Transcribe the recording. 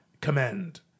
commend